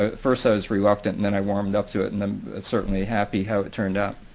ah first i was reluctant. and then i warmed up to it and then certainly happy how it turned out.